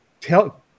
tell